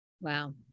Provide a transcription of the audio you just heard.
Wow